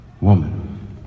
woman